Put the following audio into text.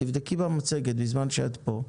תבדקי במצגת בזמן שאת כאן.